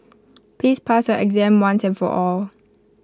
please pass your exam once and for all